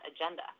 agenda